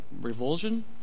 revulsion